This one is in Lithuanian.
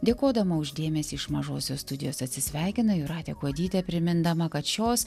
dėkodama už dėmesį iš mažosios studijos atsisveikina jūratė kuodytė primindama kad šios